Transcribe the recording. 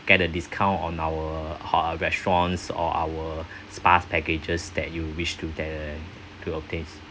get a discount on our (huh) restaurants or our spa packages that you wished to the to obtain